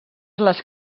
les